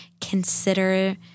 consider